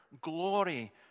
Glory